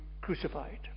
crucified